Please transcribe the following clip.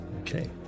Okay